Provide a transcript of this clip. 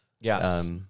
Yes